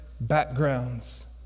backgrounds